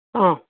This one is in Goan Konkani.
आं